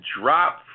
drop